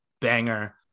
banger